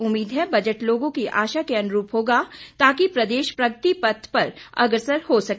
उम्मीद है बजट लोगों की आशा के अनुरूप होगा ताकि प्रदेश प्रगति पथ पर अग्रसर हो सके